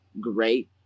great